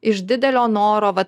iš didelio noro vat